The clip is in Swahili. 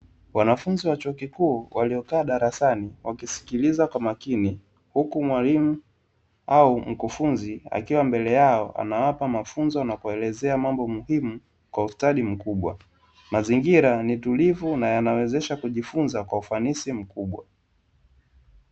Wanfunzi wa chuo kikuu waliokaa darasani wakisikiliza kwa makini huku mwalimu au mkufunzi akiwa mbele yao anawapa mafunzo na kuelezea mambo muhimu kwa ustadi mkubwa. Mazingira ni tulivu na yanawezesha kujifunza kwa ufanisi mkubwa.